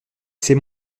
s’est